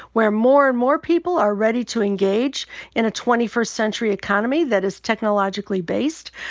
where more and more people are ready to engage in a twenty first century economy that is technologically based.